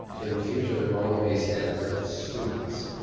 in the future, there will only be stanford students.